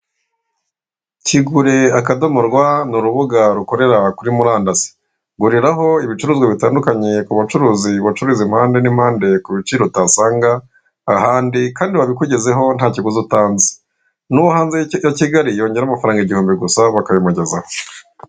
Kigure akadomo rwa ni urubuga rukorera kuri murandasi, guriraho ibicuruzwa bitandukanye ku bacuruzi bacuruza impande n'impande, ku biciro utasanga ahandi. Kandi babikugezaho ntakiguzi utanze, n'uwo hanze ya Kigali yongeraho amafaranga igihumbi gusa bakabimugezaho.